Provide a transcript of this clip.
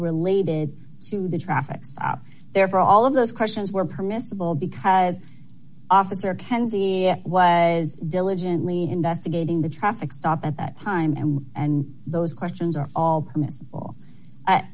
related to the traffic stop there for all of those questions were permissible because officer candy was diligently investigating the traffic stop at that time and and those questions are all permissible